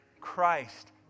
Christ